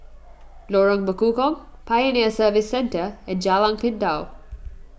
Lorong Bekukong Pioneer Service Centre and Jalan Pintau